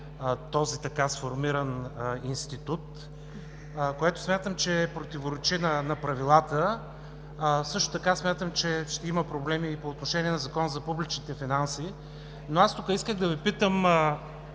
този така сформиран институт, което смятам, че противоречи на правилата. Също така смятам, че има проблеми и по отношение на Закона за публичните финанси. Но, аз тук исках да Ви питам: